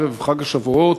ערב חג השבועות,